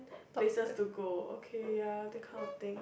places to go okay ya that kind of thing